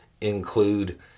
include